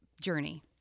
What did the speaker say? journey